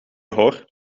hoor